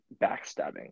backstabbing